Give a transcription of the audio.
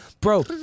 Bro